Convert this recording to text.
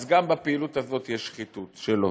אז גם בפעילות הזאת יש שחיתות שלו.